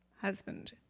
husband